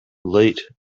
late